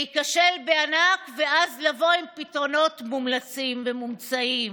להיכשל בענק ואז לבוא עם פתרונות מומלצים ומומצאים.